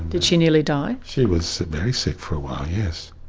did she nearly die? she was very sick for a while, yes.